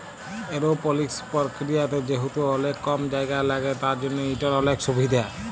এরওপলিকস পরকিরিয়াতে যেহেতু অলেক কম জায়গা ল্যাগে তার জ্যনহ ইটর অলেক সুভিধা